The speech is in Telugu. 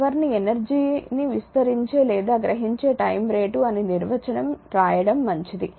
పవర్ కి ఎనర్జీని విస్తరించే లేదా గ్రహించే టైమ్ రేటు అని నిర్వచనం రాయడం మంచిది